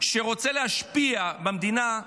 שרוצה להשפיע במדינה,